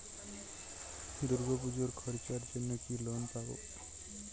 দূর্গাপুজোর খরচার জন্য কি লোন পাব?